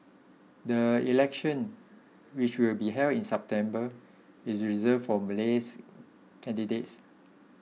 the election which will be held in September is reserved for Malays candidates